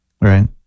Right